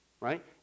right